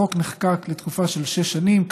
החוק נחקק לתקופה של שש שנים,